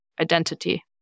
identity